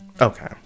Okay